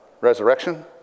resurrection